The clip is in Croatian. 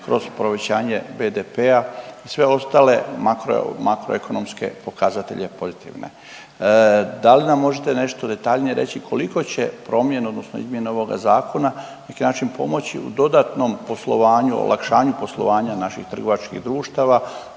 kroz povećanje BDP-a i sve ostale makroekonomske pokazatelje pozitivne. Da li nam možete nešto detaljnije reći koliko će promjene odnosno izmjene ovoga zakona na neki način pomoći u dodatnom poslovanju, olakšanju poslovanja naših trgovačkih društava,